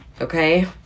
Okay